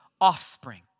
offspring